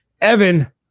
Evan